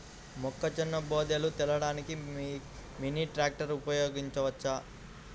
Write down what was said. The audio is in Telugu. మొక్కజొన్న బోదెలు తోలడానికి మినీ ట్రాక్టర్ ఉపయోగించవచ్చా?